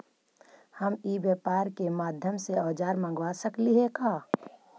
हम ई व्यापार के माध्यम से औजर मँगवा सकली हे का?